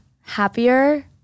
happier